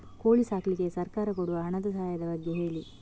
ಕೋಳಿ ಸಾಕ್ಲಿಕ್ಕೆ ಸರ್ಕಾರ ಕೊಡುವ ಹಣದ ಸಹಾಯದ ಬಗ್ಗೆ ಹೇಳಿ